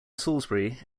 salisbury